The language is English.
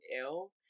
ill